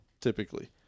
typically